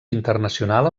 internacional